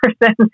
person